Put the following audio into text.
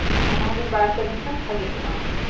ᱚᱱᱟ ᱦᱚᱸᱵᱤᱱ ᱵᱟᱲᱟᱭ ᱦᱚᱪᱚᱞᱤᱧ ᱠᱷᱟᱱ ᱵᱷᱟᱜᱮ ᱠᱚᱜᱼᱟ